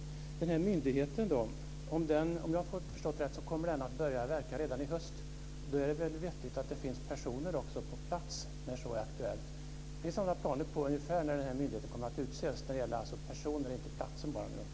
Den här myndigheten då, om jag har förstått rätt kommer den att börja verka redan i höst. Då är det väl vettigt att det också finns personer på plats när så är aktuellt. Finns det några planer på ungefär när myndigheten kommer att utses? Det gäller alltså personer inte platsen.